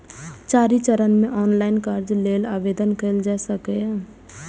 चारि चरण मे ऑनलाइन कर्ज लेल आवेदन कैल जा सकैए